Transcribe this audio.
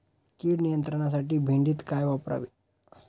कीड नियंत्रणासाठी भेंडीत काय वापरावे?